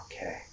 Okay